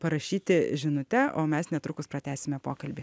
parašyti žinute o mes netrukus pratęsime pokalbį